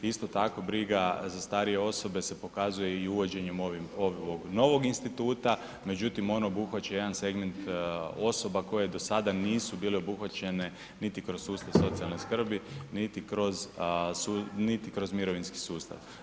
Isto tako briga za starije osobe se pokazuje i uvođenjem ovog novog instituta, međutim on obuhvaća jedan segment osoba koje do sada nisu bile obuhvaćene niti kroz sustav socijalne skrbi, niti kroz mirovinski sustav.